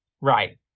Right